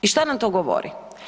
I šta nam to govori?